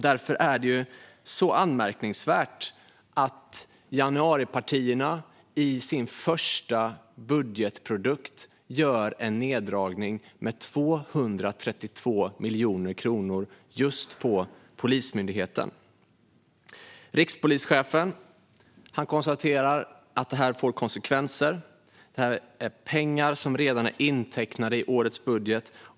Därför är det anmärkningsvärt att januaripartierna i sin första budgetprodukt gör en neddragning med 232 miljoner kronor just på Polismyndigheten. Rikspolischefen konstaterar att det får konsekvenser. Det är pengar som redan är intecknade i årets budget.